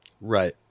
Right